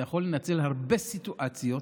אתה יכול לנצל הרבה סיטואציות,